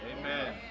Amen